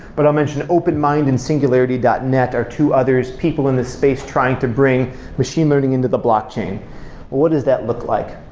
but i'll mention open mind and singularity dot net are two others, people in the space trying to bring machine learning into the blockchain. what does that look like?